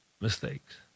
mistakes